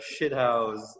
shithouse